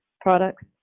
products